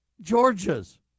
Georgia's